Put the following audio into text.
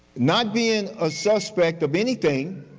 not being a suspect of anything,